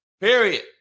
Period